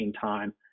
time